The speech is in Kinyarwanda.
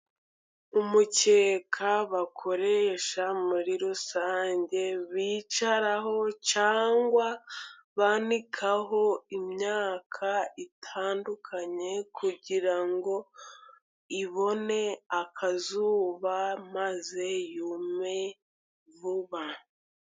Umukeka bakoresha muri rusange bicaraho ,cyangwa banikaho imyaka itandukanye ,kugira ngo ibone akazuba maze yume vuba.